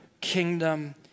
kingdom